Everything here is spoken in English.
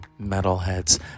metalheads